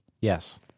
Yes